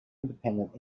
independent